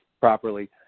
properly